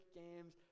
games